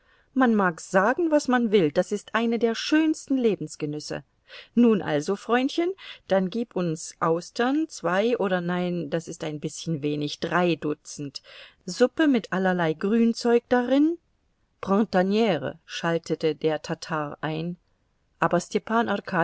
man mag sagen was man will das ist einer der schönsten lebensgenüsse nun also freundchen dann gib uns austern zwei oder nein das ist ein bißchen wenig drei dutzend suppe mit allerlei grünzeug darin printanire schaltete der tatar ein aber stepan